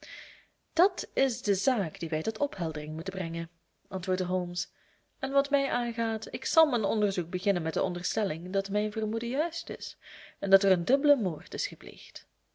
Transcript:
dat is de zaak die wij tot opheldering moeten brengen antwoordde holmes en wat mij aangaat ik zal mijn onderzoek beginnen met de onderstelling dat mijn vermoeden juist is en dat er een dubbele moord is gepleegd